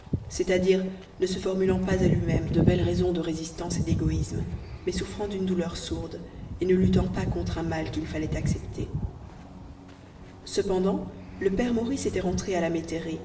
c'est-à-dire ne se formulant pas à lui-même de belles raisons de résistance et d'égoïsme mais souffrant d'une douleur sourde et ne luttant pas contre un mal qu'il fallait accepter cependant le père maurice était rentré à la